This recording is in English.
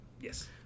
Yes